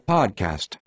Podcast